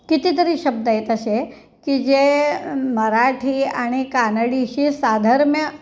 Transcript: कितीतरी शब्द आहेत असे की जे मराठी आणि कानडीशी साधर्म्य